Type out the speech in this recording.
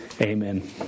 Amen